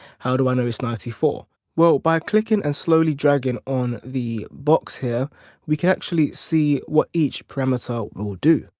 how do i know that it's ninety four? well by clicking and slowly dragging on the box here we can actually see what each parameter will will do.